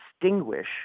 distinguish